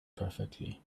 perfectly